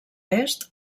est